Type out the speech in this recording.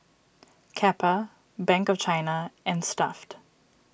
Kappa Bank of China and Stuff'd